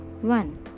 One